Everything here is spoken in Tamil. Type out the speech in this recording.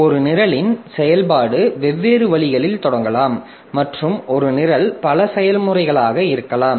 ஒரு நிரலின் செயல்பாடு வெவ்வேறு வழிகளில் தொடங்கலாம் மற்றும் ஒரு நிரல் பல செயல்முறைகளாக இருக்கலாம்